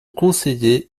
conseiller